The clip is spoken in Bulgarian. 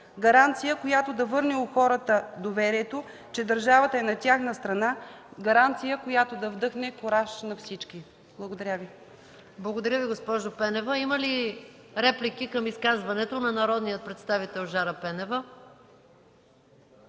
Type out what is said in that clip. гаранция, която да върне у хората доверието, че държавата е на тяхна страна; гаранция, която да вдъхне кураж на всички. Благодаря Ви. ПРЕДСЕДАТЕЛ МАЯ МАНОЛОВА: Благодаря Ви, госпожо Пенева. Има ли реплики към изказването на народния представител Жара Пенева?